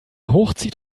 hochzieht